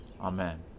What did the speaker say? Amen